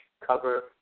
cover